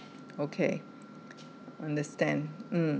okay understand mm